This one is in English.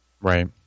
right